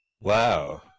wow